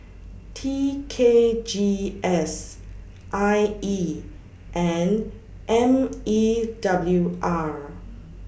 T K G S I E and M E W R